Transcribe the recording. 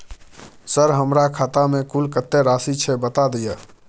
Sir हमरा खाता में कुल कत्ते राशि छै बता दिय?